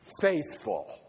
faithful